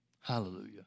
Hallelujah